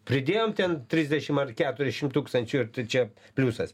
pridėjom ten trisdešim ar keturiasdešim tūkstančių ir čia pliusas